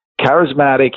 charismatic